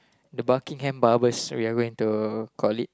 the Buckingham Barbers we are going to call it